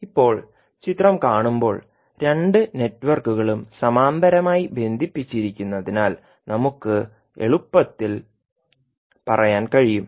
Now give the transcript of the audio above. ഇപ്പോൾ ചിത്രം കാണുമ്പോൾ രണ്ട് നെറ്റ്വർക്കുകളും സമാന്തരമായി ബന്ധിപ്പിച്ചിരിക്കുന്നതിനാൽ നമുക്ക് എളുപ്പത്തിൽ പറയാൻ കഴിയും